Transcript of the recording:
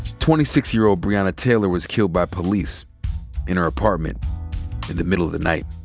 twenty six year old breonna taylor was killed by police in her apartment in the middle of the night.